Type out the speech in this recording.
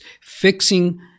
fixing